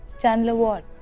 chandler what?